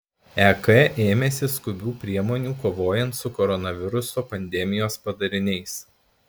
ek ėmėsi skubių priemonių kovojant su koronaviruso pandemijos padariniais